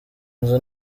nzu